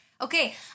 Okay